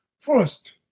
First